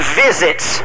visits